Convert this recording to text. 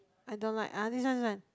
I don't like uh this one this one